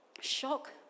Shock